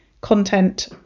content